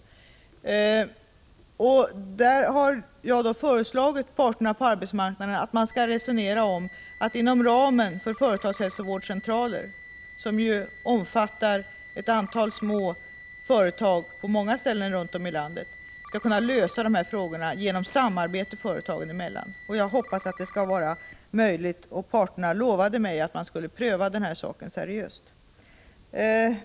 När det gäller dem har jag föreslagit parterna på arbetsmarknaden att diskutera om man genom samarbete företagen emellan kan göra omplaceringar genom hälsovårdscentralerna, som på många ställen runt om i landet omfattar ett antal små företag. Parterna lovade att seriöst pröva denna möjlighet.